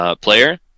player